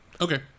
Okay